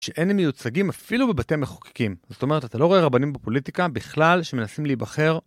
שאין הם מיוצגים אפילו בבתי מחוקקים. זאת אומרת, אתה לא רואה רבנים בפוליטיקה בכלל שמנסים להיבחר.